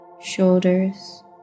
shoulders